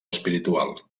espiritual